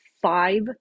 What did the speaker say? five